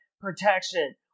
protection